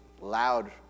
loud